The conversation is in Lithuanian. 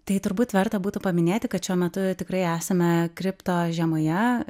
tai turbūt verta būtų paminėti kad šiuo metu tikrai esame kripto žiemoje